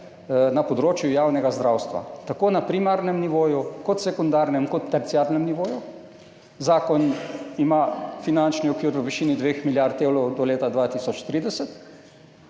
na področju javnega zdravstva, tako na primarnem nivoju, sekundarnem kot terciarnem nivoju. Zakon ima finančni okvir v višini dveh milijard evrov do leta 2030.